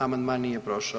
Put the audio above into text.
Amandman nije prošao.